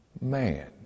man